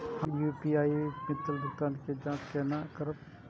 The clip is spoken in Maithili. हम यू.पी.आई पर मिलल भुगतान के जाँच केना करब?